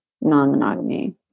non-monogamy